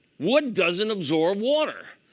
wood doesn't absorb water.